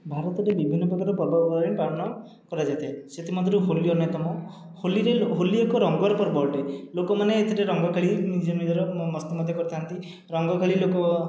ଭାରତରେ ବିଭିନ୍ନ ପ୍ରକାରର ପର୍ବ ପର୍ବାଣି ପାଳନ କରାଯାଇଥାଏ ସେଥିମଧ୍ୟରୁ ହୋଲି ଅନ୍ୟତମ ହୋଲିରେ ହୋଲି ଏକ ରଙ୍ଗର ପର୍ବ ଅଟେ ଲୋକମାନେ ଏଇଥିରେ ରଙ୍ଗ ଖେଳି ନିଜେ ନିଜର ମସ୍ତି ମଧ୍ୟ କରିଥାନ୍ତି ରଙ୍ଗ ଖେଳି ଲୋକ